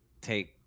take